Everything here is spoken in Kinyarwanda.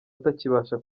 atakibasha